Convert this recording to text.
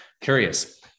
curious